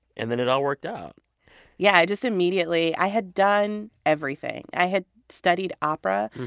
and then it all worked out yeah, i just immediately i had done everything. i had studied opera.